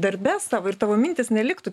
darbe savo ir tavo mintys neliktų